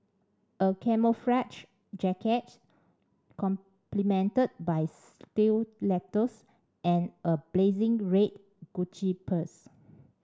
a camouflage jacket complemented by stilettos and a blazing red Gucci purse